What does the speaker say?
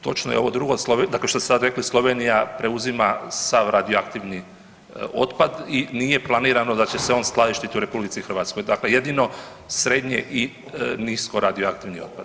Točno je ovo drugo, dakle što ste sad rekli, Slovenija preuzima sav radioaktivni otpad i nije planirano da će se on skladištiti u RH, dakle jedino srednje i niskoradioaktivni otpad.